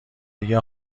دیگه